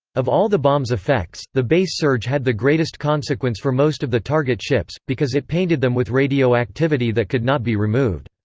of all the bomb's effects, the base surge had the greatest consequence for most of the target ships, because it painted them with radioactivity that could not be removed.